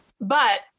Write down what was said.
But-